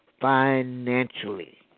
financially